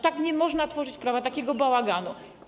Tak nie można tworzyć prawa, robić takiego bałaganu.